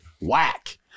whack